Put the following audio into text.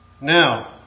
Now